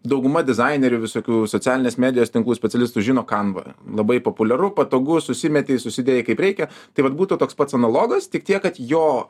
dauguma dizainerių visokių socialinės medijos tinklų specialistų žino kanvą labai populiaru patogu susimetei susidėję kaip reikia tai vat būtų toks pats analogas tik tiek kad jo